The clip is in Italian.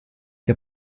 che